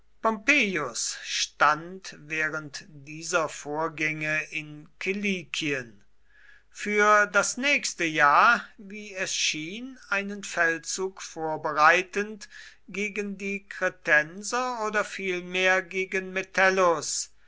stand während dieser vorgänge in kilikien für das nächste jahr wie es schien einen feldzug vorbereitend gegen die kretenser oder vielmehr gegen